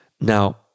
Now